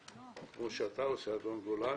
כמו שאתה עושה, אדון גולן